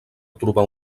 trobar